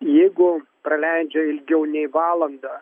jeigu praleidžia ilgiau nei valandą